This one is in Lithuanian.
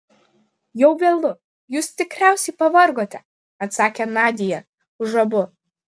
jau vėlu jūs tikriausiai pavargote atsakė nadia už abu